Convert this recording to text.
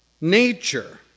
nature